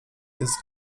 jest